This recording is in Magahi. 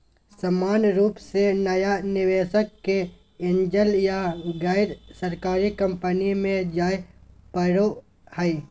सामान्य रूप से नया निवेशक के एंजल या गैरसरकारी कम्पनी मे जाय पड़ो हय